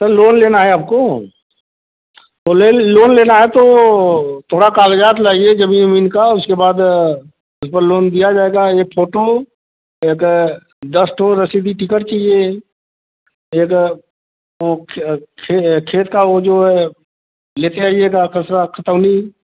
sir loan लेना है आपको तो ले लिए लोन लेना है तो थोड़ा काग़ज़ात लाइए ज़मीन उमिन का उसके बाद उस पर लोन दिया जायेगा एक फोटो एक दस तो रसीदी टिकट चाहिए एक खेत का वह जो है लेते आइएगा खसरा खतौनी